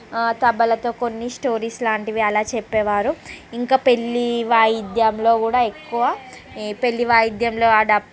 తబలతో కొన్ని స్టోరీస్ లాంటివి అలా చెప్పేవారు ఇంకా పెళ్ళి వాయిద్యంలో కూడా ఎక్కువ పెళ్ళి వాయిద్యంలో ఆ